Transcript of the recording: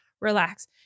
relax